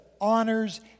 honors